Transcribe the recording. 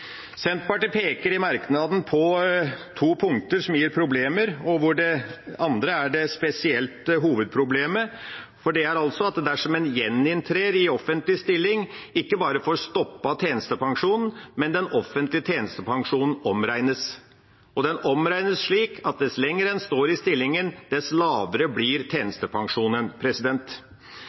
Senterpartiet peker i merknaden på to punkter som gir problemer, der det andre spesielt er hovedproblemet: Dersom en gjeninntrer i offentlig stilling, ikke bare stoppes tjenestepensjonen, men den offentlige tjenestepensjonen omregnes. Den omregnes slik at dess lenger en står i stillingen, dess lavere blir tjenestepensjonen.